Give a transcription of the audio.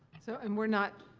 so and we're not.